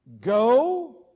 go